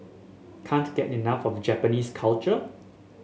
can't get enough of Japanese culture